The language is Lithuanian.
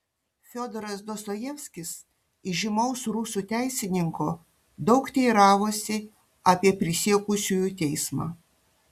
fiodoras dostojevskis įžymaus rusų teisininko daug teiravosi apie prisiekusiųjų teismą